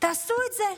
תעשו את זה,